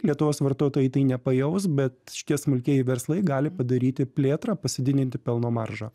lietuvos vartotojai tai nepajaus bet šitie smulkieji verslai gali padaryti plėtrą pasididinti pelno maržą